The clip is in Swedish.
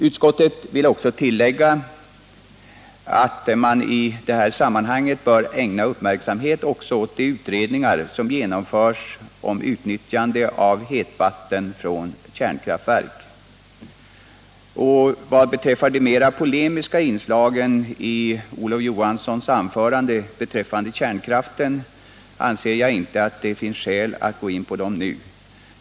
Utskottet vill tillägga att man i sammanhanget bör ägna uppmärksamhet också åt de utredningar som genomförs om utnyttjande av hetvatten från kärnkraftverk. De mer polemiska inslagen i Olof Johanssons anförande beträffande kärnkraften finns det inte skäl för mig att gå in på nu.